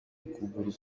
ukuguru